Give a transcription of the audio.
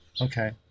Okay